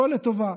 הכול לטובה,